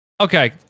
Okay